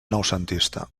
noucentista